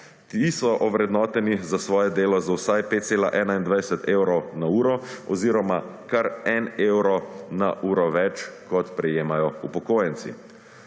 ti so ovrednoteni za svoje delo za vsaj 5,21 evrov na uro oziroma kar 1 evro na uro več kot prejemajo upokojenci.